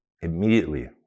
Immediately